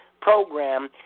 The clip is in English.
program